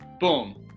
boom